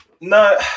no